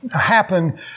happen